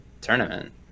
tournament